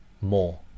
more